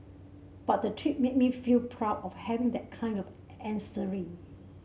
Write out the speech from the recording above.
but the trip made me feel proud of having that kind of ancestry